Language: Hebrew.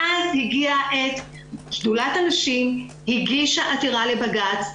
ואז שדולת הנשים הגישה עתירה לבג"ץ,